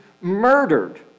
murdered